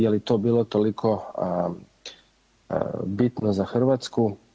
Je li to bilo toliko bitno za Hrvatsku?